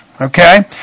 okay